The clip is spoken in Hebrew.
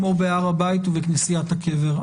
כמו בהר הבית ובכנסיית הקבר.